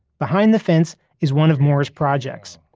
behind the fence is one of moore's projects,